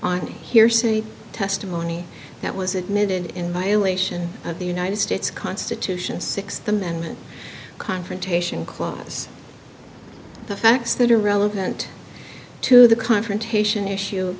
on hearsay testimony that was admitted in violation of the united states constitution sixth amendment confrontation clause the facts that are relevant to the confrontation issue